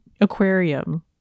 aquarium